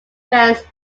bands